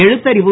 எழுத்தறிவு